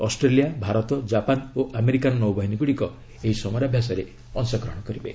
Australia Bharat Japan ଓ ଆମେରିକାର ନୌବାହିନୀ ଗୁଡ଼ିକ ଏହି ସମାରାଭ୍ୟାସରେ ଅଂଶଗ୍ରହଣ କରିବେ